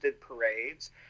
parades